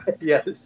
Yes